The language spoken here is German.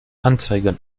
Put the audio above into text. anzeigen